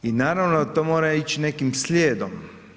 I naravno da to mora ići nekim slijedom.